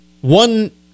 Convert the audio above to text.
one